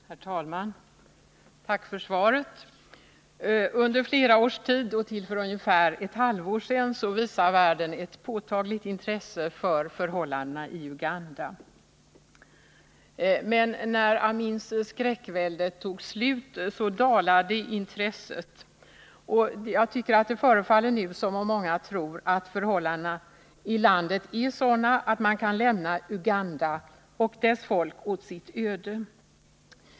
Herr talman! Tack för svaret! Under flera års tid och till för ungefär ett halvår sedan visade världen ett påtagligt intresse för förhållandena i Uganda, men när Amins skräckvälde tog slut dalade intresset. Jag tycker att det förefaller som om många nu tror att förhållandena där är sådana att man kan lämna Uganda och dess folk åt sitt öde.